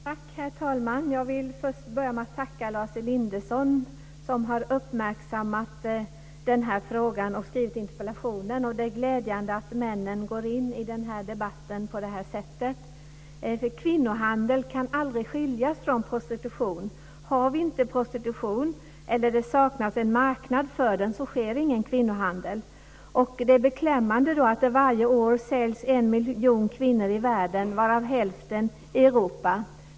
Herr talman! Jag vill börja med att tacka Lars Elinderson, som har uppmärksammat den här frågan och skrivit den här interpellationen. Det är glädjande att männen går in i debatten på det här sättet. Kvinnohandel kan aldrig skiljas från prostitution. Har vi inte prostitution, eller saknas det en marknad för den, sker ingen kvinnohandel. Det är beklämmande att det varje år säljs en miljon kvinnor i världen varav hälften i Europa.